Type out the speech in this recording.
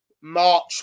March